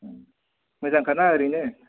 मोजांखाना ओरैनो